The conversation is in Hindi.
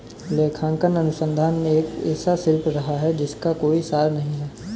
लेखांकन अनुसंधान एक ऐसा शिल्प रहा है जिसका कोई सार नहीं हैं